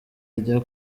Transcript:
ajya